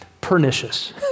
pernicious